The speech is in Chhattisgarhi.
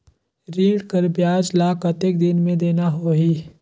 ऋण कर ब्याज ला कतेक दिन मे देना होही?